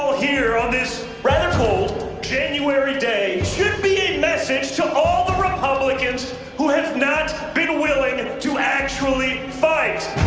here on this rather cold january day should be to all the republicans who have not been willing and to actually fight.